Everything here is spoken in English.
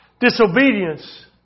Disobedience